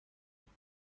دارد